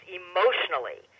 emotionally